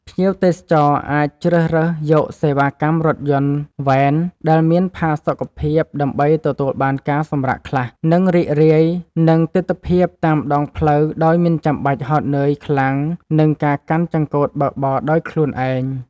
ភ្ញៀវទេសចរអាចជ្រើសរើសយកសេវាកម្មរថយន្តវ៉ែនដែលមានផាសុកភាពដើម្បីទទួលបានការសម្រាកខ្លះ និង រីករាយនឹងទិដ្ឋភាពតាមដងផ្លូវដោយមិនចាំបាច់ហត់នឿយខ្លាំងនឹងការកាន់ចង្កូតបើកបរដោយខ្លួនឯង។